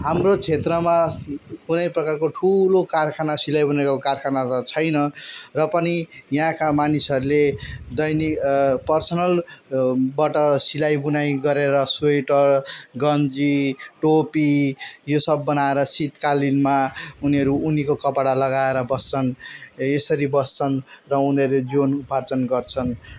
हाम्रो क्षेत्रमा कुनै प्रकारको ठुलो कारखाना सिलाइ बुनाइको कारखाना त छैन र पनि यहाँका मानिसहरू दैनिक पर्सनल बाट सिलाइ बुनाइ गरेर स्वेटर गन्जी टोपी यो सब बनाएर शीतकालीनमा उनीहरू उनीको कपडा लगाएर बस्छन् यसरी बस्छन् र उनीहरू जुन उपार्जन गर्छन्